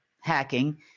hacking